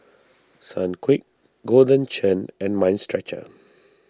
Sunquick Golden Churn and Mind Stretcher